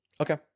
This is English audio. Okay